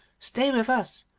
stay with us,